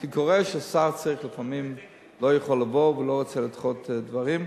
כי קורה לפעמים ששר לא יכול לבוא ולא רוצה לדחות דברים.